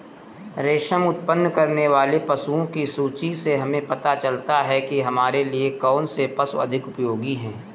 रेशम उत्पन्न करने वाले पशुओं की सूची से हमें पता चलता है कि हमारे लिए कौन से पशु अधिक उपयोगी हैं